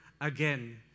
again